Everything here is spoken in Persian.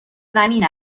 زمین